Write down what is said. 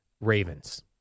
Ravens